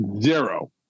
Zero